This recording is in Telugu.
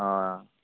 ఆ